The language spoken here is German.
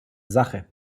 sache